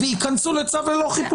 וייכנסו לחיפוש ללא צו?